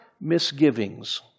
misgivings